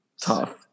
Tough